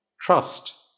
trust